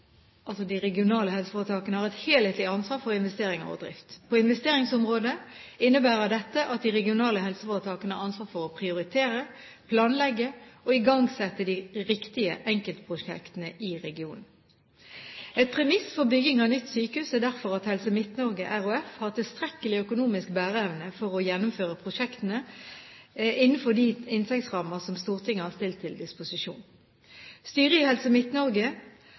helhetlig ansvar for investeringer og drift. På investeringsområdet innebærer dette at de regionale helseforetakene har ansvar for å prioritere, planlegge og igangsette de riktige enkeltprosjektene i regionen. Et premiss for bygging av nytt sykehus er derfor at Helse Midt-Norge REF har tilstrekkelig økonomisk bæreevne for å gjennomføre prosjektene innenfor de inntektsrammer som Stortinget har stilt til disposisjon. Styret i Helse